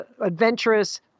Adventurous